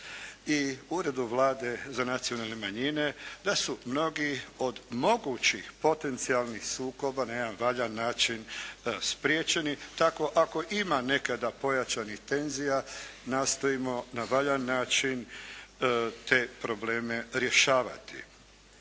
i Uredu Vlade za nacionalne manjine da su mnogi od mogućih potencijalnih sukoba na jedan valjan način spriječeni. Tako ako ima nekada pojačanih tenzija nastojimo na valjan način te probleme rješavati.